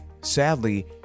Sadly